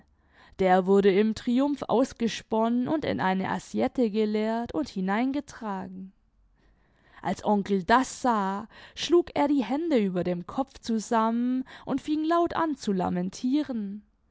der wurde im triumph ausgesponnen und in eine assiette geleert und hineingetragen als onkel das sah schlug er die hände über dem kopf zusammen und fing laut an zu lamentieren